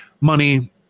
money